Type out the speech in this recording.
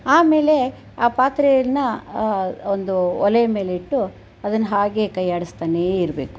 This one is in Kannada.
ಆಮೇಲೆ ಆ ಪಾತ್ರೆಯನ್ನು ಒಂದು ಒಲೆ ಮೇಲಿಟ್ಟು ಅದನ್ನು ಹಾಗೆ ಕೈಯ್ಯಾಡಿಸ್ತನೇಯಿರಬೇಕು